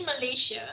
Malaysia